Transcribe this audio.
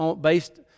based